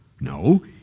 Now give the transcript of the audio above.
no